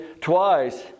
twice